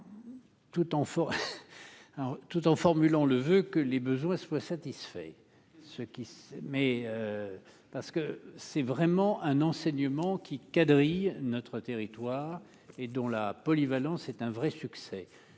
tout en formulant le voeu que les besoins soient satisfaits, ce qui, mais parce que c'est vraiment un enseignement qui quadrillent notre territoire et dont la polyvalence, c'est un vrai succès,